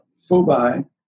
Fubai